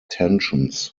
tensions